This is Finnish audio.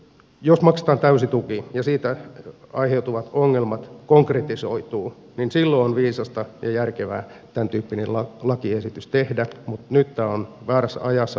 jos maksetaan täysi tuki ja siitä aiheutuvat ongelmat konkretisoituvat niin silloin on viisasta ja järkevää tämän tyyppinen lakiesitys tehdä mutta nyt tämä on väärässä ajassa liian aikaisin